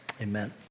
Amen